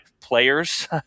players